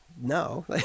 no